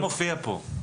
זה לא מופיע פה.